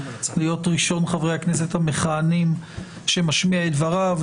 להיות ראשון חברי הכנסת המכהנים שמשמיע את דבריו.